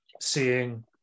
seeing